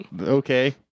Okay